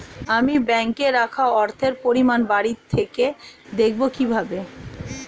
আমি ব্যাঙ্কে রাখা অর্থের পরিমাণ বাড়িতে থেকে দেখব কীভাবে?